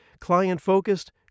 Client-focused